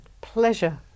Pleasure